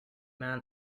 man